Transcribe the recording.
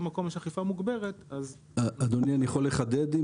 מקום יש אכיפה מוגברת --- אני יכול לחדד.